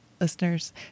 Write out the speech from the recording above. listeners